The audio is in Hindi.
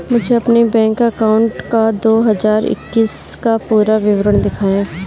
मुझे अपने बैंक अकाउंट का दो हज़ार इक्कीस का पूरा विवरण दिखाएँ?